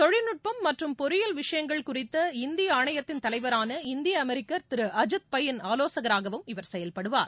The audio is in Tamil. தொழில்நுட்பம் மற்றும் பொறியியல் விஷயங்கள் குறித்த இந்த ஆணையத்தின் தலைவரான இந்திய அமெரிக்கர் திரு அஜீத் பை ன் ஆலோசகராகவும் இவர் செயல்படுவார்